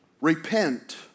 Repent